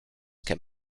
can